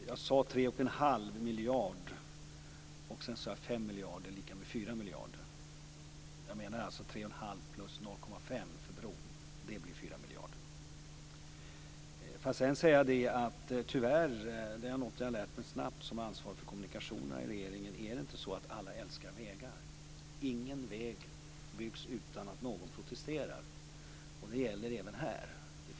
Fru talman! Jag sade 3 1⁄2 miljarder, och sedan sade jag 5 miljarder lika med 4 miljarder. Jag menar alltså 3 1⁄2 plus 0,5 för bron. Det blir 4 miljarder. Tyvärr - det har jag lärt mig snabbt som ansvarig för kommunikationer i regeringen - är det inte så att alla älskar vägar. Ingen väg byggs utan att någon protesterar. Det gäller även här.